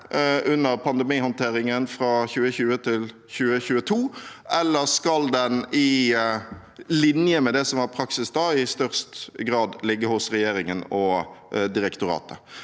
under pandemihåndteringen fra 2020 til 2022, eller skal den – på linje med det som var praksis da – i størst grad ligge hos regjeringen og direktoratet?